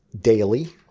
daily